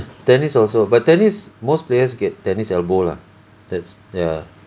tennis also but tennis most players get tennis elbow lah that's ya